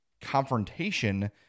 confrontation